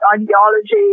ideology